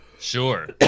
Sure